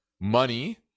money